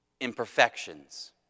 imperfections